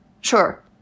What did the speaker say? sure